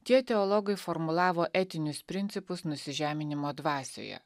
tie teologai formulavo etinius principus nusižeminimo dvasioje